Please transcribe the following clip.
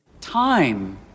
Time